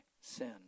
sin